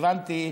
הבנתי,